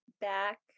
Back